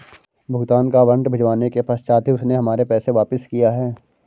भुगतान का वारंट भिजवाने के पश्चात ही उसने हमारे पैसे वापिस किया हैं